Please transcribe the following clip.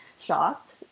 shocked